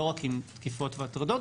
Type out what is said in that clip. לא רק עם תקיפות והטרדות,